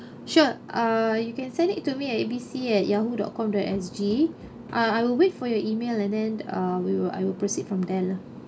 sure uh you can send it to me at A B C at yahoo dot com dot S G ah I will wait for your email and then uh we will I will proceed from there lah